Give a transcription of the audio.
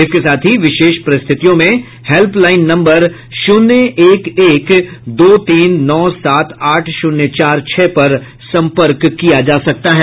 इसके साथ ही विशेष परिस्थितियों में हेल्पलाइन नम्बर शून्य एक एक दो तीन नौ सात आठ शून्य चार छह पर संपर्क किया जा सकता है